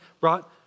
brought